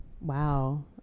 Wow